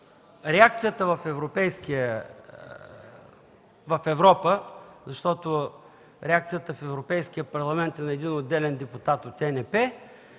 реакцията в Европа, защото реакцията в Европейския съюз е на един отделен депутат от